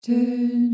Turn